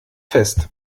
fest